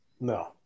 No